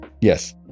Yes